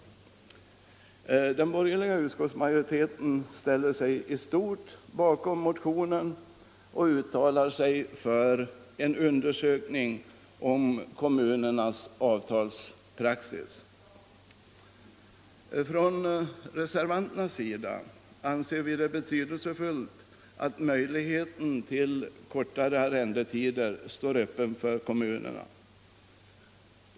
Den borgerliga utskottsmajoriteten ställer sig i stort sett bakom motionen och uttalar sig för en undersökning om kommunernas avtalspraxis. Vi reservanter anser det betydelsefullt att möjligheten till kortare arrendetider står öppen för kommunerna.